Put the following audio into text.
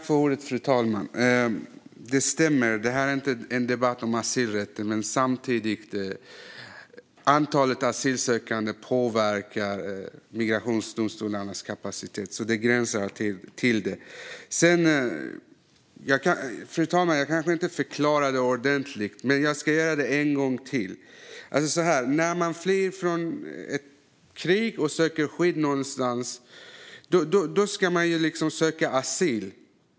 Fru talman! Det stämmer att detta inte är en debatt om asylrätten. Samtidigt påverkar antalet asylsökande migrationsdomstolarnas kapacitet, så den gränsar till det. Fru talman! Jag kanske inte förklarade ordentligt, så jag ska göra det en gång till. När man flyr från ett krig och söker skydd någonstans ska man söka asyl.